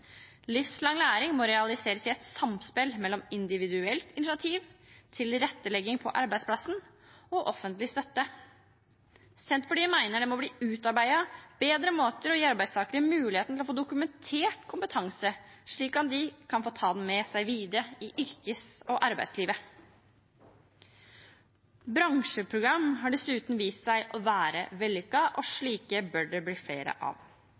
Livslang læring må realiseres i et samspill mellom individuelt initiativ, tilrettelegging på arbeidsplassen og offentlig støtte. Senterpartiet mener det må bli utarbeidet bedre måter å gi arbeidstakere muligheten til å få dokumentert kompetanse slik at de kan ta den med videre i yrkes- og arbeidslivet. Bransjeprogram har dessuten vist seg å være vellykket, og slike bør det bli flere av.